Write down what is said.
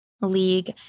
league